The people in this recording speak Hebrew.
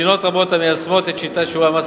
מדינות רבות המיישמות את שיטת שיעורי המס